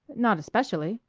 not especially.